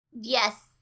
Yes